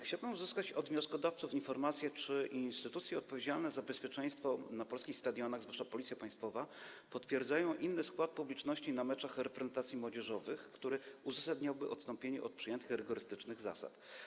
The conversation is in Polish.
Chciałbym uzyskać od wnioskodawców informację, czy instytucje odpowiedzialne za bezpieczeństwo na polskich stadionach, zwłaszcza państwowa Policja, potwierdzają inny skład publiczności na meczach reprezentacji młodzieżowych, który uzasadniałby odstąpienie od przyjętych rygorystycznych zasad.